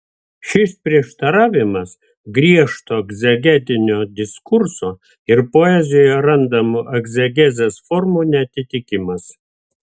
šis prieštaravimas griežto egzegetinio diskurso ir poezijoje randamų egzegezės formų neatitikimas